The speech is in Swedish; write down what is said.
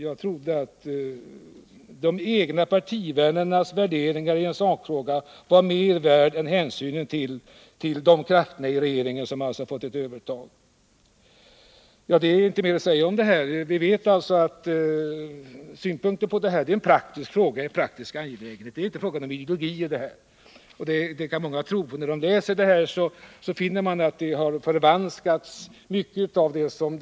Jag trodde att de egna partivännernas värderingar i en sakfråga var mer värda än hänsynen till de krafter i regeringen som alltså har fått ett övertag. Det är inte mer att säga om detta. Det är en praktisk angelägenhet, det är inte en fråga om ideologier, som många kan tro. När man läser handlingarna, finner man att mycket av det egentliga innehållet har förvanskats.